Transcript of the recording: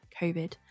COVID